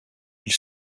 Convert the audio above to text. ils